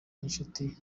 n’inshuti